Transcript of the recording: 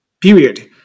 period